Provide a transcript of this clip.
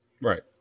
Right